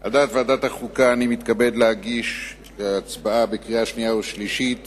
על דעת ועדת החוקה אני מתכבד להגיש להצבעה בקריאה שנייה ובקריאה שלישית